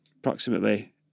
approximately